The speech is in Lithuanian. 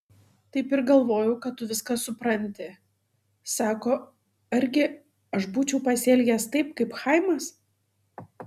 taip ir galvojau kad tu viską supranti sako argi aš būčiau pasielgęs taip kaip chaimas